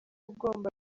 ugomba